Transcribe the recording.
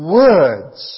words